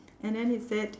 and then he said